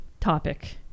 topic